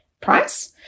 price